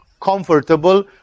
comfortable